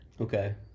Okay